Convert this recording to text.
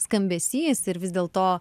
skambesys ir vis dėl to